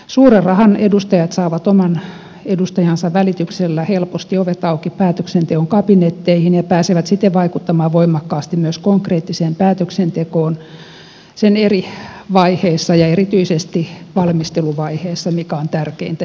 suuren rahan edustajat saavat oman edustajansa välityksellä helposti ovet auki päätöksenteon kabinetteihin ja pääsevät siten vaikuttamaan voimakkaasti myös konkreettiseen päätöksentekoon sen eri vaiheissa ja erityisesti valmisteluvaiheessa mikä on tärkeintä ja keskeisintä